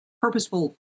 purposeful